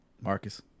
Marcus